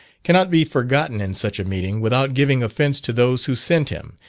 cannot be forgotten in such a meeting, without giving offence to those who sent him,